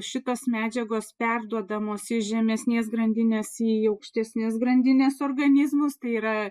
šitos medžiagos perduodamos iš žemesnės grandinės į aukštesnės grandinės organizmus tai yra